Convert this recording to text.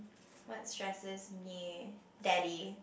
what stresses me daddy